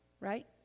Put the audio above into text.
Right